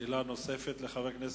שאלה נוספת לחבר הכנסת,